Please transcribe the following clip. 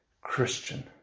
christian